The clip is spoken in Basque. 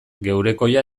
geurekoia